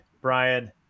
Brian